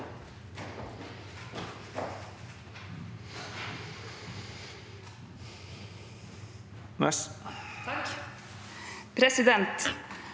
Presidenten